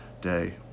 day